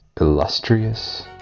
illustrious